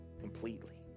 completely